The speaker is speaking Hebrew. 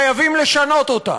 חייבים לשנות אותה.